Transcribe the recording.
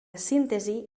síntesi